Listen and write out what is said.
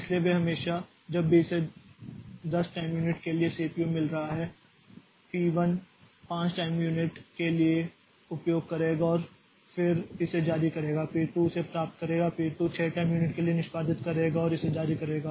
इसलिए वे हमेशा जब भी इसे 10 टाइम यूनिट के लिए सीपीयू मिल रहा है पी 1 5 टाइम यूनिट के लिए उपयोग करेगा और फिर इसे जारी करेगा पी 2 इसे प्राप्त करेगा पी 2 6 टाइम यूनिट के लिए निष्पादित करेगा और इसे जारी करेगा